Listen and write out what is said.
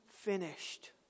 finished